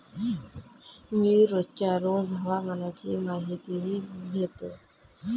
मी रोजच्या रोज हवामानाची माहितीही घेतो